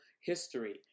history